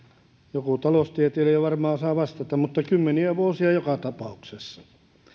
joku taloustieteilijä varmaan osaa vastata mutta kymmeniä vuosia joka tapauksessa